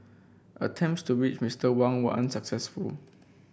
attempts to reach Mister Wang were unsuccessful